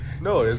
No